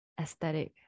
aesthetic